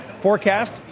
forecast